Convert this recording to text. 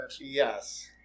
yes